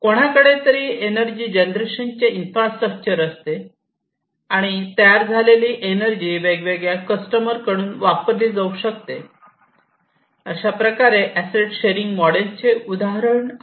कोणाकडे तरी energy generation चे इन्फ्रास्ट्रक्चर असते आणि तयार झालेली एनर्जी वेगवेगळ्या कस्टमर कडून वापरले जाऊ शकते अशा प्रकारे अॅसेट शेअरिंग मॉडेलचे हे उदाहरण आहे